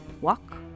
Walk